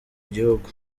gihugu